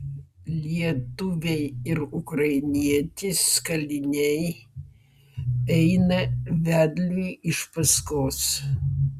lietuviai ir ukrainietis kaliniai eina vedliui iš paskos